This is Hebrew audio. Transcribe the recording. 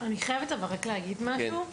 אבל אני רק חייבת להגיד משהו,